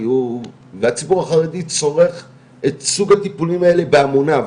כי הציבור החרדי צורך את סוג הטיפולים האלה בהמוניו,